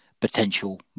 potential